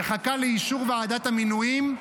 היא מחכה לאישור ועדת המינויים.